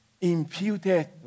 Imputed